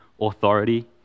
authority